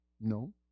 no